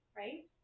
right